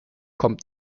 kommt